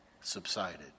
subsided